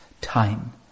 time